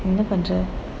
என்ன பன்ற:enna pandra